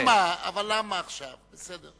אבל למה עכשיו?